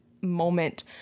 moment